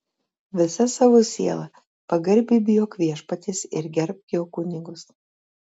visa savo siela pagarbiai bijok viešpaties ir gerbk jo kunigus